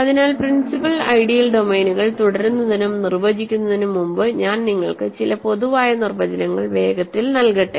അതിനാൽ principal ideal ഡൊമെയ്നുകൾ തുടരുന്നതിനും നിർവചിക്കുന്നതിനും മുമ്പ് ഞാൻ നിങ്ങൾക്ക് ചില പൊതുവായ നിർവചനങ്ങൾ വേഗത്തിൽ നൽകട്ടെ